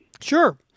Sure